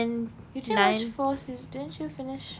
did you watch four sea~ didn't you finish